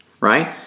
right